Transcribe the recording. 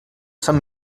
sant